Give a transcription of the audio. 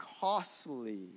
costly